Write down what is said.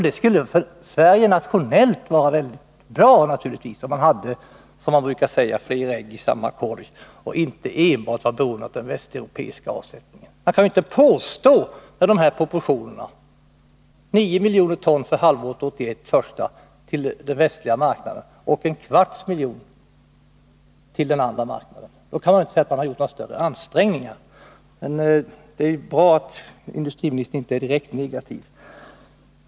Det skulle naturligtvis för Sverige nationellt vara mycket bra om vi hade, som man brukar säga, flera ägg i samma korg, och inte enbart var beroende av den västeuropeiska avsättningen. När man har dessa proportioner — 9 miljoner ton för första halvåret 1981 till den västliga marknaden och en kvarts miljon till den andra marknaden — kan man inte säga att man har gjort några större ansträngningar. Men det är ju bra att industriministern inte är direkt negativ.